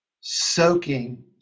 Soaking